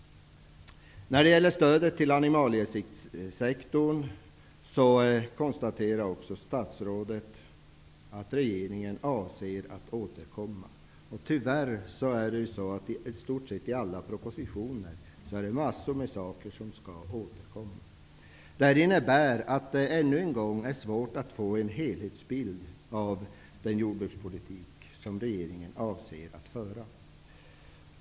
När det gäller stödet till animaliesektorn konstaterar statsrådet att regeringen avser att återkomma. Tyvärr skall man i stort sett alla propositioner återkomma i en mängd frågor. Detta innebär att det ännu en gång är svårt att få en helhetsbild av den jordbrukspolitik som regeringen avser att föra.